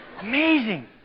Amazing